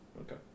Okay